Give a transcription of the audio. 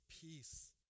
peace